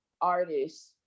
artists